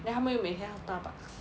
then 他们又每天 Starbucks